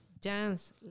dance